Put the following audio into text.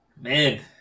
Man